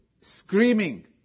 screaming